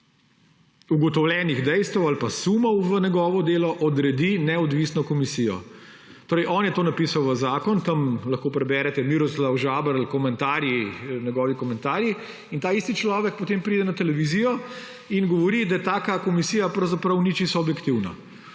ugotovljenih dejstev ali pa sumov odredi neodvisno komisijo. Torej, on je to napisal v zakon, tam lahko preberete Miroslav Žaberl, njegovi komentarji, in ta isti človek potem pride na televizijo in govori, da taka komisija pravzaprav ni čisto objektivna.